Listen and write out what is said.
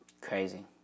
Crazy